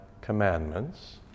commandments